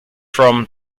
from